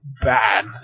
bad